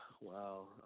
Wow